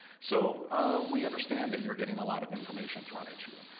so we understand that you're getting a lot of information thrown at you.